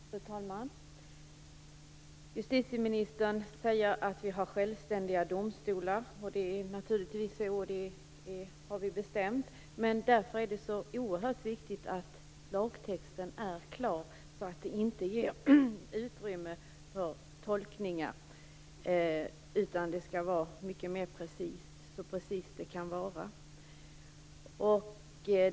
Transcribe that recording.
Fru talman! Justitieministern säger att vi har självständiga domstolar. Det är naturligtvis så; det har vi bestämt. Men därför är det så oerhört viktigt att lagtexten är klar, så att den inte ger utrymme för tolkningar utan att det är mycket precist, så precist det kan vara.